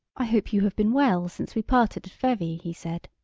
i hope you have been well since we parted at vevey, he said.